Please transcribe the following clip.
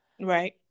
right